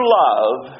love